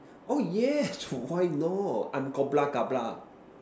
oh yes why not I'm